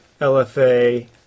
LFA